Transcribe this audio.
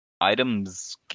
Items